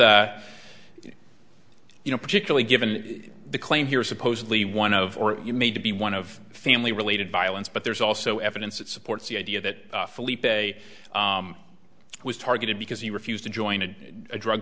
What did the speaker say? is you know particularly given the claim here is supposedly one of you made to be one of the family related violence but there's also evidence that supports the idea that philippe was targeted because he refused to join a drug